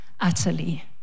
utterly